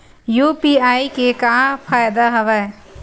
UPI के का फ़ायदा हवय?